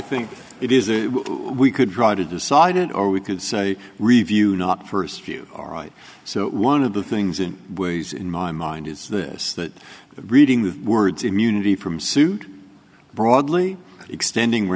think it is we could write a decided or we could say review not first you are right so one of the things in ways in my mind is this that reading the words immunity from suit broadly extending we're